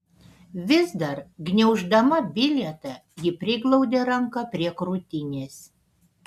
vis dar gniauždama bilietą ji priglaudė ranką prie krūtinės